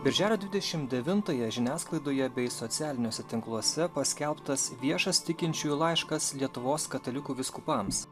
birželio dvidešim devintąją žiniasklaidoje bei socialiniuose tinkluose paskelbtas viešas tikinčiųjų laiškas lietuvos katalikų vyskupams